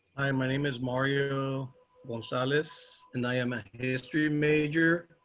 i'm. my name is mario will solve this, and i am a history major,